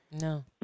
No